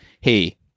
hey